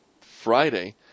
Friday